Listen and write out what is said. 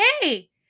Hey